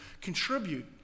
contribute